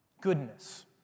goodness